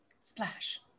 splash